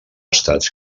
estats